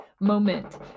moment